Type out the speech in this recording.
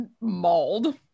mauled